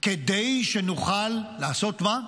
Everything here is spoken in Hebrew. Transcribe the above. כדי שנוכל, לעשות מה?